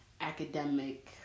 academic